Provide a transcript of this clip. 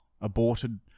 Aborted